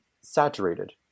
saturated